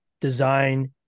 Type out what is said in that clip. design